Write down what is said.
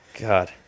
God